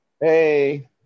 hey